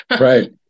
Right